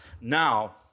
now